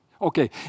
Okay